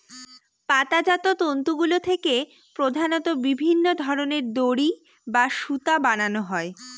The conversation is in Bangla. পাতাজাত তন্তুগুলা থেকে প্রধানত বিভিন্ন ধরনের দড়ি বা সুতা বানানো হয়